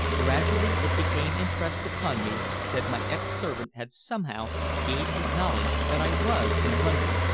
gradually it became impressed upon me that my ex-servant had somehow gained knowledge that i was in london,